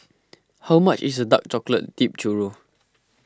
how much is Dark Chocolate Dipped Churro